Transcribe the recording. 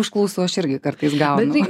užklausų aš irgi kartais gaunu